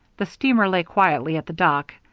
the steamer lay quietly at the dock,